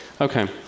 Okay